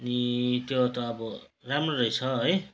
अनि त्यो त अब राम्रो रहेछ है